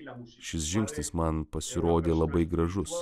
šis žingsnis man pasirodė labai gražus